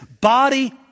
body